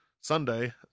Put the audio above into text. Sunday